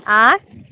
ऑंय